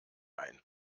ein